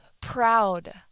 proud